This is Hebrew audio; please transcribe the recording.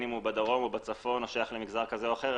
אם הוא בדרום או בצפון או שייך למגזר כזה או אחר,